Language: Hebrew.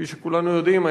כפי שכולנו יודעים,